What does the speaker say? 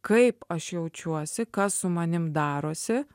kaip aš jaučiuosi kas su manim darosi